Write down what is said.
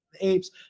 apes